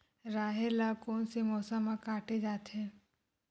राहेर ल कोन से मौसम म काटे जाथे?